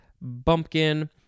bumpkin